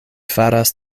faras